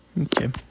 Okay